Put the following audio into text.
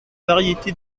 variété